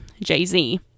Jay-Z